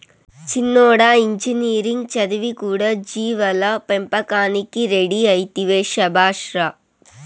చిన్నోడా ఇంజనీరింగ్ చదివి కూడా జీవాల పెంపకానికి రెడీ అయితివే శభాష్ రా